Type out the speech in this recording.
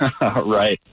right